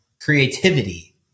Creativity